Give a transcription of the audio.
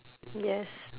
yes